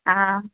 ହଁ